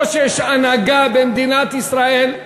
או שיש הנהגה במדינת ישראל,